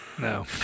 No